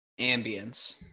ambience